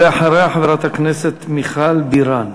אחריה, חברת הכנסת מיכל בירן.